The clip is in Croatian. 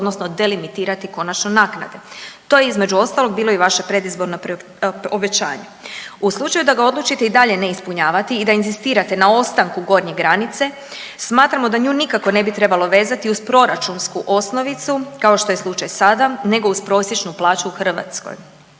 odnosno delimitirati konačno naknade. To je između ostalog bilo i vaše predizborno obećanje. U slučaju da ga odlučite i dalje ne ispunjavati i da inzistirate na ostanku gornje granice smatramo da nju nikako ne bi trebalo vezati uz proračunsku osnovicu kao što je slučaj sada nego uz prosječnu plaću u Hrvatskoj,